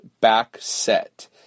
Backset